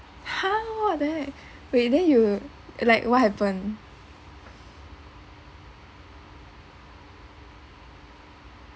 ha who are they wait then you like what happened